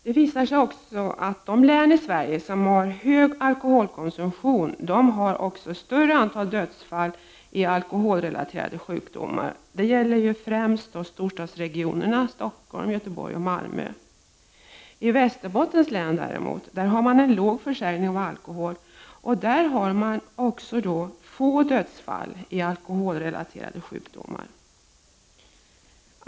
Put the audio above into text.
Det visar sig också att de län i Sverige som har en hög alkoholkonsumtion har ett större antal dödsfall i alkoholrelaterade sjukdomar. Det gäller främst storstadsregionerna Stockholm, Göteborg och Malmö. I Västerbottens län, där man har en låg försäljning av alkohol, har man däremot få dödsfall i alkoholrelaterade sjukdomar.